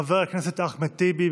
חבר הכנסת אחמד טיבי,